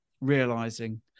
realizing